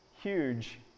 huge